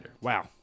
Wow